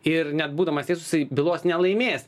ir net būdamas teisus bylos nelaimės